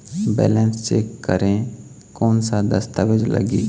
Balance check करें कोन सा दस्तावेज लगी?